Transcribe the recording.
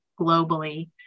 globally